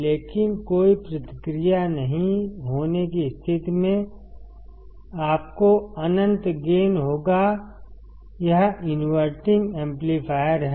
लेकिन कोई प्रतिक्रिया नहीं होने की स्थिति में आपको अनंत गेन होगा यह इनवर्टिंग एम्पलीफायर है